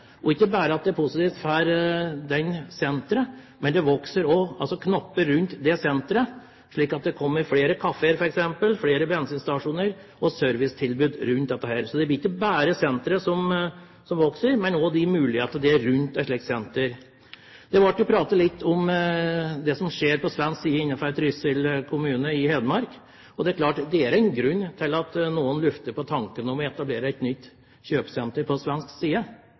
lokalsamfunnet. Ikke bare er det positivt for det senteret, men det vokser også knopper rundt senteret, slik som flere kafeer, flere bensinstasjoner og servicetilbud. Det er ikke bare senteret som vokser, men også mulighetene rundt et slikt senter. Det ble pratet litt om det som skjer på svensk side, ved Trysil kommune i Hedmark. Det er klart det er en grunn til at noen lufter tanken om å etablere et nytt kjøpesenter på svensk side,